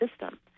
system